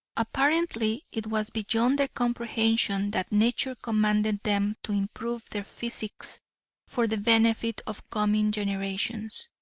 apparently it was beyond their comprehension that nature commanded them to improve their physiques for the benefit of coming generations.